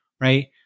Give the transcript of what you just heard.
right